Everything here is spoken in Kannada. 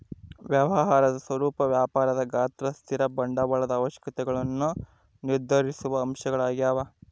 ವ್ಯವಹಾರದ ಸ್ವರೂಪ ವ್ಯಾಪಾರದ ಗಾತ್ರ ಸ್ಥಿರ ಬಂಡವಾಳದ ಅವಶ್ಯಕತೆಗುಳ್ನ ನಿರ್ಧರಿಸುವ ಅಂಶಗಳು ಆಗ್ಯವ